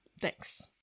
Thanks